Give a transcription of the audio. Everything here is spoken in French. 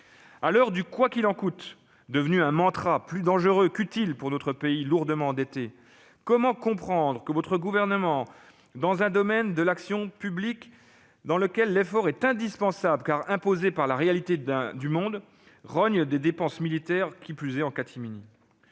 À l'heure du « quoi qu'il en coûte », devenu un mantra plus dangereux qu'utile pour notre pays lourdement endetté, comment comprendre que, dans un domaine de l'action publique où l'effort est indispensable car imposé par la réalité du monde, votre gouvernement rogne les dépenses militaires, qui plus est en catimini ?